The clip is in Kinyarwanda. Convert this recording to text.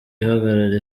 ihagarara